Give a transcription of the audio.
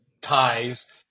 ties